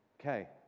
Okay